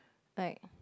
like